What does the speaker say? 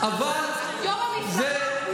יו"ר המפלגה,